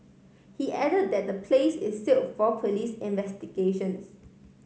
he add that the place is seal for police investigations